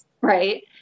right